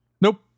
Nope